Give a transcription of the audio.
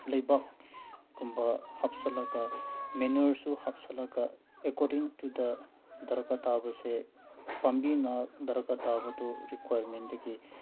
ꯂꯩꯕꯥꯛꯀꯨꯝꯕ ꯍꯥꯞꯆꯤꯜꯂꯒ ꯃꯦꯅ꯭ꯨꯌꯔꯁꯨ ꯍꯥꯞꯆꯤꯜꯂꯒ ꯑꯦꯛꯀꯣꯔꯗꯤꯡ ꯇꯨ ꯗ ꯗꯔꯀꯥꯔ ꯇꯥꯕꯁꯦ ꯄꯥꯝꯕꯤꯅ ꯗꯔꯀꯥꯔ ꯇꯥꯕꯗꯣ ꯔꯤꯀ꯭ꯋꯥꯔꯃꯦꯟꯗꯒꯤ